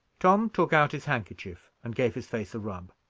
tom took out his handkerchief, and gave his face a rub.